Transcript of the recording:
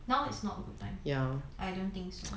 now it's not a good time I don't think so